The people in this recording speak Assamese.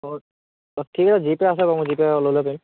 অঁ ঠিক আছে জিপে' আছে বাৰু মই জিপে'ত লৈ ল'ব পাৰিম